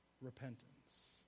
Repentance